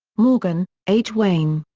morgan, h. wayne.